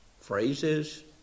phrases